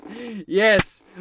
yes